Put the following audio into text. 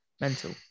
Mental